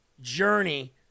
journey